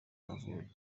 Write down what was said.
amavubi